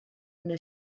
una